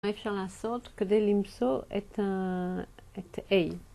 מה אפשר לעשות כדי למצוא את ה-A?